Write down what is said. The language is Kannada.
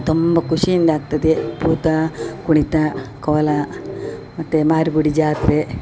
ತುಂಬ ಖುಷಿಯಿಂದ ಆಗ್ತದೆ ಬೂತ ಕುಣಿತ ಕೋಲ ಮತ್ತು ಮಾರಿಗುಡಿ ಜಾತ್ರೆ